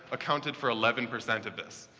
accounted for eleven percent of this.